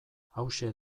hauxe